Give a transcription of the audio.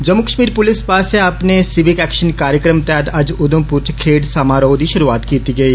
जम्मू कष्मीर पुलस पास्सेआ अपने सिविक एक्षन कार्यक्रम तैहत अज्ज उधमपुर च खेड्ड समारोह दी षुरूआत कीती गेई